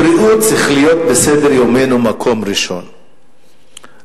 בריאות צריכה להיות במקום ראשון בסדר-יומנו,